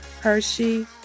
Hershey